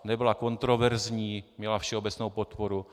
Nebyla kontroverzní, měla všeobecnou podporu.